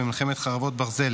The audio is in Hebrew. ומלחמת חרבות ברזל